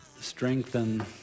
strengthen